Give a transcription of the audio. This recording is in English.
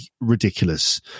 ridiculous